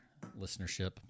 listenership